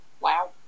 Wow